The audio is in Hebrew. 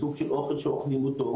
סוג של אוכל שאוכלים אותו,